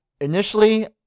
initially